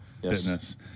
Fitness